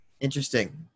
Interesting